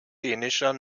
dänischer